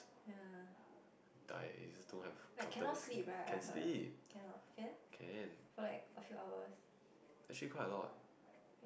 die easy to have comfortable sleep can sleep can actually quite a lot